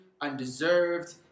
undeserved